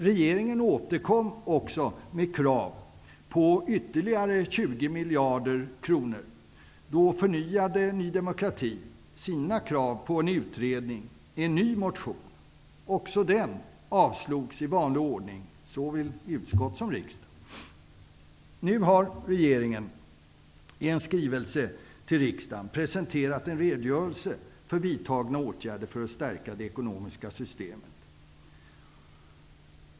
Regeringen återkom också med krav på ytterligare 20 miljarder kronor. Då förnyade Ny demokrati sina krav på en utredning i en ny motion. Även den avslogs i vanlig ordning av riksdagen, efter att ha avstyrkts av utskottet. Nu har regeringen i en skrivelse till riksdagen presenterat en redogörelse för vidtagna åtgärder för att stärka det ekonomiska systemet.